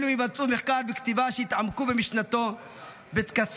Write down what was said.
אלה יבצעו מחקר וכתיבה שיתעמקו במשנתו ובטקסטים